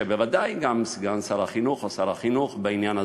בוודאי גם סגן שר החינוך או שר החינוך בעניין הזה,